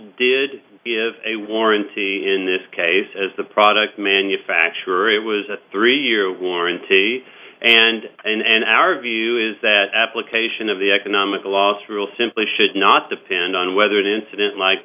did give a warranty in this case as the product manufacturer it was a three year warranty and and our view is that application of the economic loss rule simply should not depend on whether it incident like